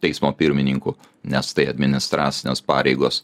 teismo pirmininku nes tai administracinės pareigos